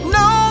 no